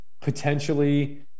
potentially